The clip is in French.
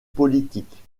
politiques